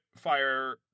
fire